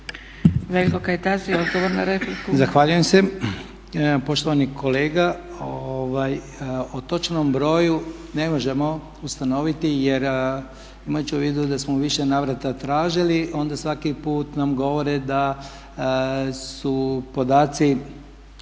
repliku. **Kajtazi, Veljko (Nezavisni)** Zahvaljujem se. Poštovani kolega, o točnom broju ne možemo ustanoviti jer imajući u vidu da smo u više navrata tražili onda svaki put nam govore da su podaci